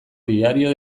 diario